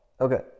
Okay